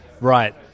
right